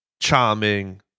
charming